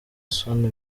isoni